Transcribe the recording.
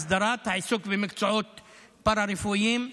הסדרת העיסוק במקצועות פארה-רפואיים.